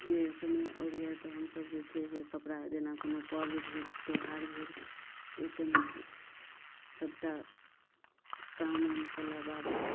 के समय अबैया तऽ हमसब जे छै से कपड़ा जेना कोनो पर्व भेल त्यौहार भेल ओहि समय सबटा काम ओम केला बाबजूद